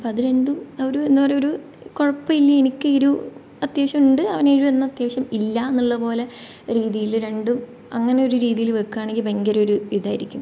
അപ്പം അത് രണ്ടും ഒരു എന്താണ് പറയുക ഒരു കുഴപ്പമില്ല എനിക്ക് എരിവ് അത്യാവശ്യം ഉണ്ട് അവൻ എരിവ് എന്നാൽ അത്യാവശ്യം ഇല്ല എന്നുള്ള പോലെ രീതിയിൽ രണ്ടും അങ്ങനെ ഒരു രീതിയിൽ വയ്ക്കുകയാണെങ്കിൽ ഭയങ്കര ഒരു ഇതായിരിക്കും